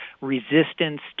resistance